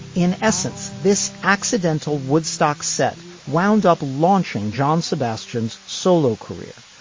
in essence this accidental woodstock set wound up launching john sebastian's solo career.